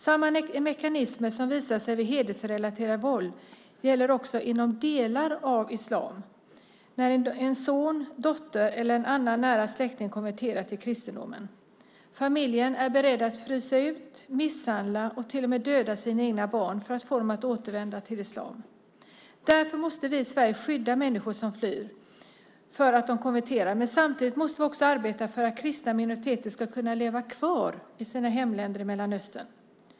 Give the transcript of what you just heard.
Samma mekanismer som visar sig vid hedersrelaterat våld gäller också inom delar av islam när en son, dotter eller en annan nära släkting konverterar till kristendomen. Familjen är beredd att frysa ut, misshandla och till och med döda sina egna barn för att få dem att återvända till islam. Därför måste vi i Sverige skydda människor som flyr för att de konverterat, men samtidigt måste vi arbeta för att kristna minoriteter ska kunna leva kvar i sina hemländer i Mellanöstern.